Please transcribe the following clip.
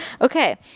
Okay